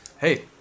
Hey